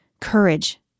courage